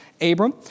Abram